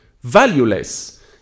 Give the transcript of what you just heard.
valueless